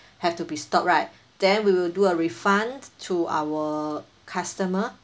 have to be stopped right then we will do a refund to our customer